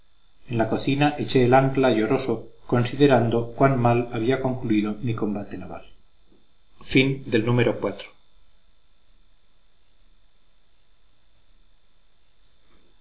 en la cocina eché el ancla lloroso considerando cuán mal había concluido mi combate naval